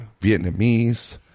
Vietnamese